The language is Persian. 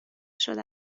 شده